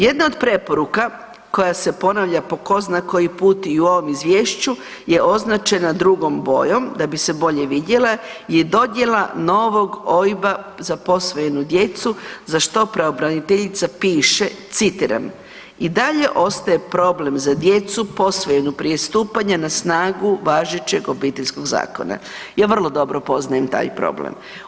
Jedna od preporuka koja se ponavlja po zna koji put i u ovom Izvješću je označena drugom bojom da bi se bolje vidjela je dodjela novog OIB-a za posvojenu djecu za što pravobraniteljica piše, citiram: „I dalje ostaje problem za djecu posvojenu prije stupanja na snagu važećeg Obiteljskog zakona.“ Ja vrlo dobro poznajem taj problem.